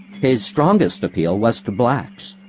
his strongest appeal was to blacks,